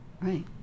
right